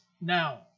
now